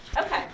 Okay